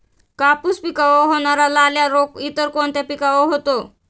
कापूस पिकावर होणारा लाल्या रोग इतर कोणत्या पिकावर होतो?